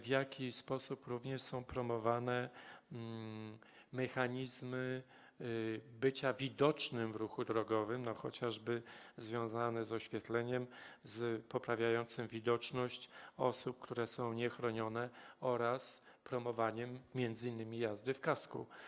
W jaki sposób są promowane mechanizmy bycia widocznym w ruchu drogowym, chociażby związane z oświetleniem poprawiającym widoczność osób, które są niechronione, oraz promowaniem m.in. jazdy w kasku?